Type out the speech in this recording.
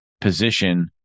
position